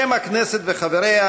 בשם הכנסת וחבריה,